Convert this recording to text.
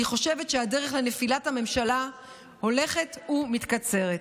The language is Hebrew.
אני חושבת שהדרך לנפילת הממשלה הולכת ומתקצרת.